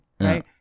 right